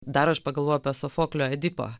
dar aš pagalvojau apie sofoklio edipą